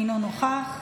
אינו נוכח,